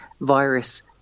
virus